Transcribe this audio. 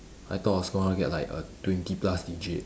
I thought I was gonna get like a twenty plus digit